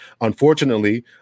Unfortunately